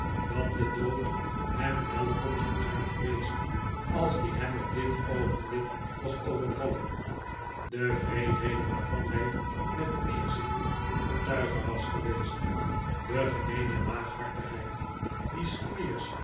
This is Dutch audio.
dat de dood hem welkom zou zijn geweest als die hem op dit oogenblik was overvallen de wreedheden waarvan hij met weerzin getuige was geweest de gemeene laaghartigheid die